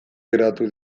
geratu